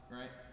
right